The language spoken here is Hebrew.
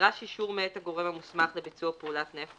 (ב)נדרש אישור מאת הגורם המוסמך לביצוע פעולת נפט,